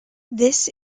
this